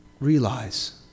realize